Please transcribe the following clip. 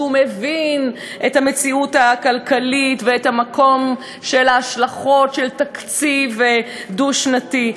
שהוא מבין את המציאות הכלכלית ואת המקום של ההשלכות של תקציב דו-שנתי.